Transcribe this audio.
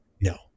No